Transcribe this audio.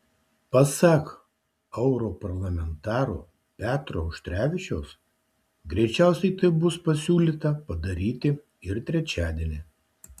pasak europarlamentaro petro auštrevičiaus greičiausiai tai bus pasiūlyta padaryti ir trečiadienį